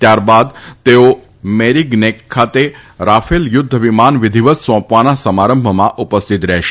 ત્યારબાદ તેઓ મેરીગનેક ખાતે રાફેલ યુદ્ધવિમાન વિધીવત સોંપવાના સમારંભમાં ઉપસ્થિત રહેશે